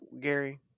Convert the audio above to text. Gary